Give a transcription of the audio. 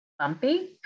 Bumpy